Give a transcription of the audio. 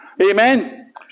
Amen